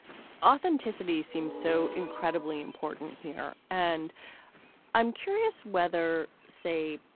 authenticity seems so incredibly important here. and i'm curious whether, say,